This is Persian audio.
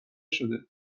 شده